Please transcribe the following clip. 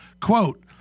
Quote